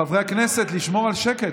חברי הכנסת, לשמור על שקט.